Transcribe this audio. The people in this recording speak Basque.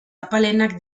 apalenak